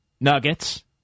Nuggets